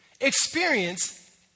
experience